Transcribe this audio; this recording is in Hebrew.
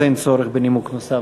אז אין צורך בנימוק נוסף.